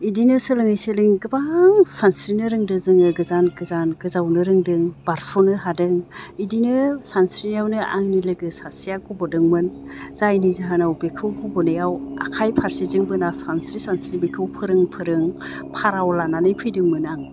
बिदिनो सोलोङै सोलोङै गोबां सानस्रिनो रोंदों जोङो गोजान गोजान गोजावनो रोंदो बारस'नो हादों बिदिनो सानस्रिनायावनो आंनि लोगो सासेया गब'दोंमोन जायनि जाहोनाव बेखौ गब'नायाव आखाइ फारसेजों बोना सानस्रि सानस्रि बिखौ फोरों फोरों फाराव लानानै फैदोंमोन आं